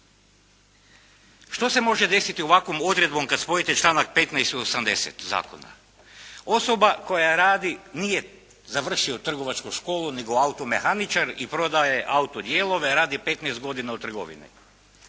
što se može desiti ovakvom odredbom kada spojite članak 15. i 80. Zakona? Osoba koja radi, nije završio trgovačku školu nego automehaničar i prodaje autodijelove, redi 15 godina u trgovini.